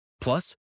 Plus